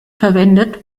verwendet